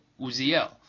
Uziel